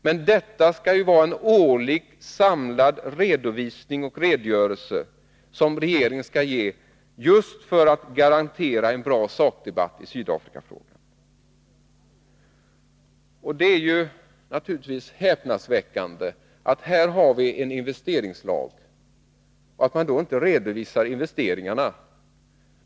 Men detta skall ju vara en årlig samlad redovisning och redogörelse som regeringen skall ge just för att garantera en bra sakdebatt i Sydafrikafrågan. Det är häpnadsväckande, när vi har en investeringslag, att man inte redovisar investeringarna.